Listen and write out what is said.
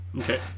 Okay